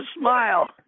smile